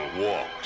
walks